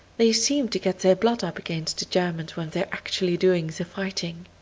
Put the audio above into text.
they seem to get their blood up against the germans when they're actually doing the fighting